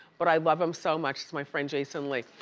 but i love him so much, he's my friend jason lee.